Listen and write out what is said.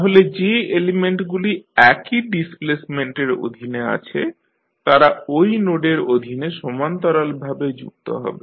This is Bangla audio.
তাহলে যে এলিমেন্টগুলি একই ডিসপ্লেসমেন্টের অধীনে আছে তারা ঐ নোডের অধীনে সমান্তরালভাবে যুক্ত হবে